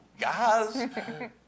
guys